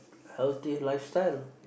healthy lifestyle